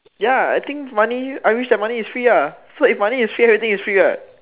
ya I think money I wish that money is free ah so if money is free everything is free what